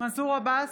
מנסור עבאס,